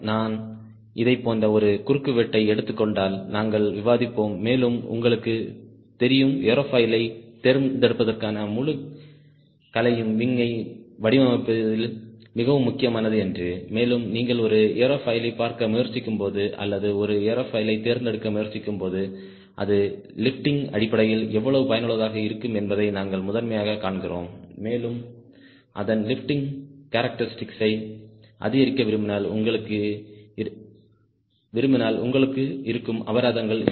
நான் இதைப் போன்ற ஒரு குறுக்குவெட்டை எடுத்துக் கொண்டால் நாங்கள் விவாதிப்போம்மேலும் உங்களுக்கு தெரியும் ஏரோஃபாயிலைத் தேர்ந்தெடுப்பதற்கான முழு கலையும் விங் யை வடிவமைப்பதில் மிகவும் முக்கியமானது என்று மேலும் நீங்கள் ஒரு ஏரோஃபாயிலைப் பார்க்க முயற்சிக்கும்போது அல்லது ஒரு ஏரோஃபாயிலைத் தேர்ந்தெடுக்க முயற்சிக்கும்போது அது லிபிட்டிங் அடிப்படையில் எவ்வளவு பயனுள்ளதாக இருக்கும் என்பதை நாங்கள் முதன்மையாகக் காண்கிறோம் மேலும் அதன் லிபிட்டிங் கேரக்டெரிஸ்டிக்ஸை அதிகரிக்க விரும்பினால் உங்களுக்கு இருக்கும் அபராதங்கள் என்ன